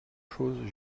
chose